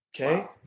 Okay